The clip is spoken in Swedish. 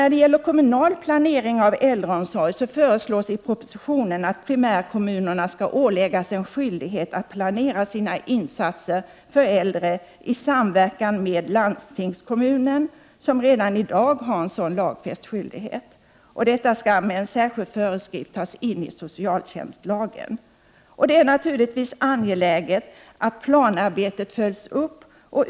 När det gäller kommunal planering av äldreomsorg föreslås i propositionen att primärkommunerna skall åläggas en skyldighet att planera| sina insatser för äldre i samverkan med landstingskommunen som redanii dag| har en sådan lagfäst skyldighet. Detta skall med en särskild föreskrift tas in i socialtjänstlagen. Det är naturligtvis angeläget att planarbetet följs upp.